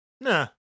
Nah